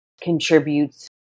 contributes